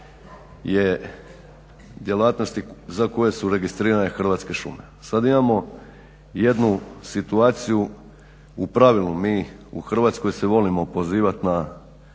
je djelatnosti za koje su registrirane Hrvatske šume. Sad imamo jednu situaciju, u pravilu mi u Hrvatskoj se volimo pozivat na